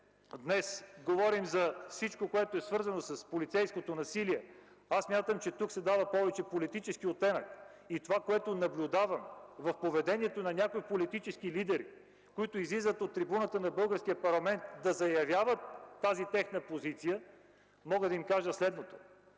днес говорим за всичко, което е свързано с полицейското насилие, аз смятам, че тук се дава повече политически оттенък. Тъй като наблюдавам в поведението на някои политически лидери, които излизат от трибуната на българския парламент, за да заявят позицията си, от името